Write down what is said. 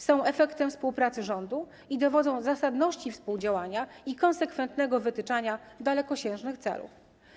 Są efektem współpracy rządu i dowodzą zasadności współdziałania i konsekwentnego wytyczania dalekosiężnych celów.